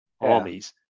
armies